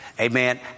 Amen